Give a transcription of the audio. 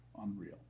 unreal